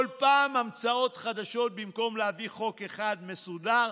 כל פעם המצאות חדשות במקום להביא חוק אחד מסודר,